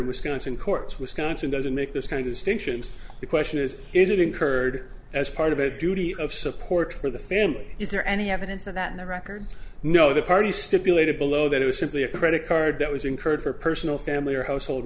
wisconsin courts wisconsin doesn't make this kind of stink sions the question is is it incurred as part of a duty of support for the family is there any evidence of that in the records no the party stipulated below that it was simply a credit card that was incurred for personal family or household